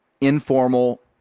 informal